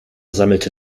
sammelte